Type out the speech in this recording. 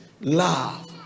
love